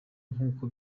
nk’uko